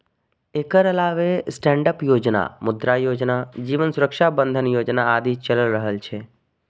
एकर अलावे स्टैंडअप योजना, मुद्रा योजना, जीवन सुरक्षा बंधन योजना आदि चलि रहल छै